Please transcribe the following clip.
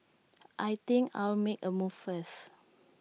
I think I'll make A move first